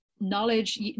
knowledge